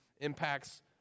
impacts